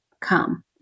come